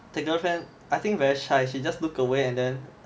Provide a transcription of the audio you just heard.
the girlfriend I think very shy she just look away and then